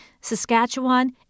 Saskatchewan